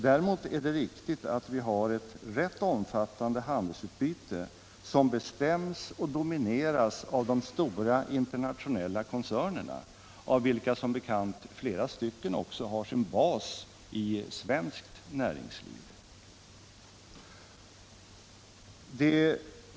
Däremot är det riktigt att vi har ett rätt omfattande handelsutbyte som bestäms och domineras av de stora internationella koncernerna, av vilka som bekant flera också har sin bas i svenskt näringsliv.